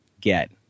get